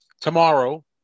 Tomorrow